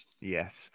Yes